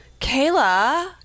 Kayla